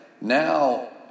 Now